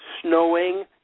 snowing